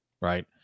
right